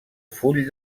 full